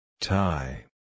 Tie